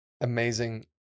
amazing